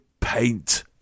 paint